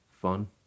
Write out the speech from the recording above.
fun